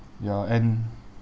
ya and